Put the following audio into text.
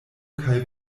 kaj